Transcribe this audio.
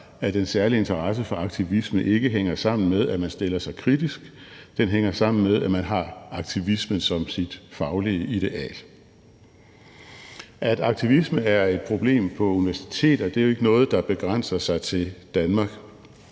at den særlige interesse for aktivisme ikke hænger sammen med, at man stiller sig kritisk. Den hænger sammen med, at man har aktivisme som sit faglige ideal. At aktivisme er et problem på universiteter, er ikke noget, der begrænser sig til Danmark.